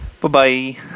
Bye-bye